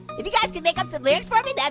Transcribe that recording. if you guys could make up some lyrics for me that